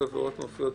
מופיעות